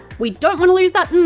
we don't want to lose that and